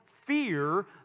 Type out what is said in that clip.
fear